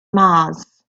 mars